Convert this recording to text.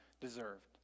deserved